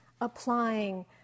applying